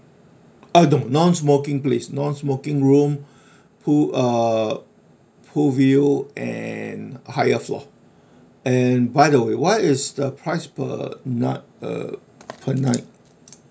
ah don't non-smoking please non-smoking room pool uh pool view and higher floor and by the way what is the price per night uh per night